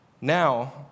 Now